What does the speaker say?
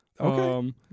Okay